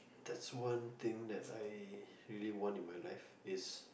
there is one thing that I really want in my life is